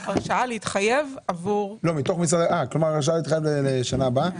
הרשאה להתחייב לשנה הבאה?